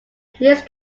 his